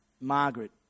Margaret